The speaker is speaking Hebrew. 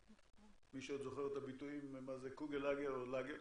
מי שעוד זוכר את הביטויים מה זה קוגלגר ולגר,